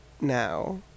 now